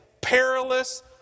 perilous